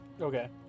Okay